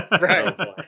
Right